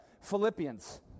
Philippians